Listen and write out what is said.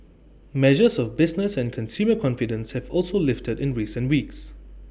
measures of business and consumer confidence have also lifted in recent weeks